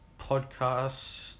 podcast